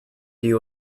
you